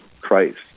Christ